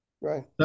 Right